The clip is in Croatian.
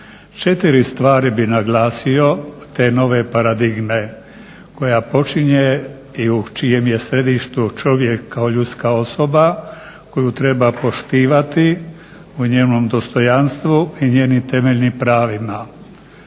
Četiri stvari bih naglasio te nove paradigme koja počinje i u čijem je središtu čovjek kao ljudska osoba koju treba poštivati u njenom dostojanstvu i njenim temeljnim pravima.